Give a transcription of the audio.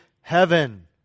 heaven